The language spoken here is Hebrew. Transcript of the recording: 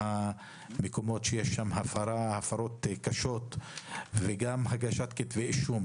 המקומות שיש בהם הפרות קשות וגם הגשת כתבי אישום.